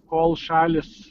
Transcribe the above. kol šalys